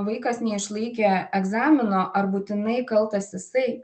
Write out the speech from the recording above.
vaikas neišlaikė egzamino ar būtinai kaltas jisai